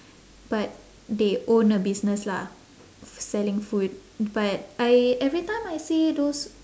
but they own a business lah selling food but I every time I see those